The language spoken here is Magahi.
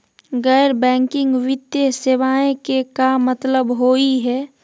गैर बैंकिंग वित्तीय सेवाएं के का मतलब होई हे?